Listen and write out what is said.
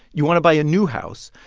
you want to buy a new house.